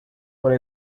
por